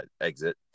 exit